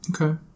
Okay